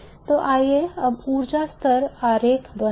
तो आइए अब ऊर्जा स्तर आरेख बनाएं